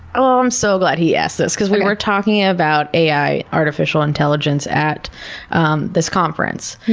ah i'm so glad he asked this because we were talking about ai, artificial intelligence, at um this conference.